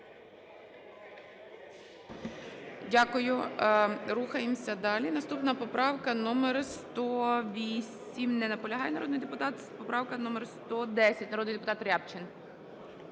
Дякую. Рухаємося далі. Наступна поправка номер 108. Не наполягає народний депутат. Поправка номер 110, народний депутат Рябчин.